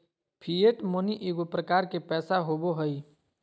fiat money एगो प्रकार के पैसा होबो हइ